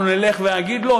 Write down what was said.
אנחנו נלך ונגיד לו?